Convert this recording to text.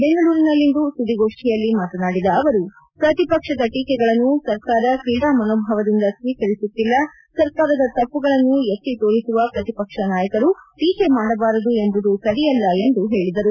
ಬೆಂಗಳೂರಿನಲ್ಲಿಂದು ಸುದ್ದಿಗೋಷ್ಠಿಯಲ್ಲಿ ಮಾತನಾಡಿದ ಅವರು ಪ್ರತಿಪಕ್ಷದ ಟೀಕೆಗಳನ್ನು ಸರ್ಕಾರ ಕ್ರೀಡಾ ಮನೋಭಾವದಿಂದ ಸ್ವೀಕರಿಸುತ್ತಿಲ್ಲ ಸರ್ಕಾರದ ತಪ್ಪುಗಳನ್ನು ಎತ್ತಿ ತೋರಿಸುವ ಪ್ರತಿಪಕ್ಷ ನಾಯಕರು ಟೀಕೆ ಮಾಡಬಾರದು ಎಂಬುದು ಸರಿಯಲ್ಲ ಎಂದು ಹೇಳಿದರು